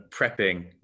prepping